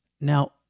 Now